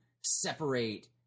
separate